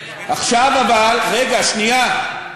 עכשיו, אבל, רגע, שנייה,